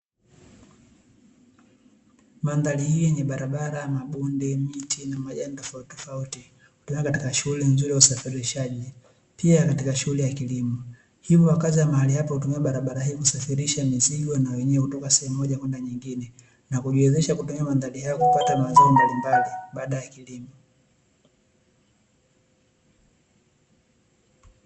Mandhari hii yenye barabara, mabonde, miti na majani tofautitofauti hutumika katika shughuli nzuri ya usafirishaji pia katika shughuli ya kilimo. Hivyo wakazi wa mahali hapo hutumia barabara hii kusafirisha mizigo na wenyewe kutoka sehemu moja kwenda nyingine na kujiwezesha kutumia mandhari hayo kupata mazao mbalimbali baada ya kilimo.